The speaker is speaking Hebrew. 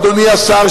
אדוני השר,